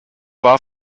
war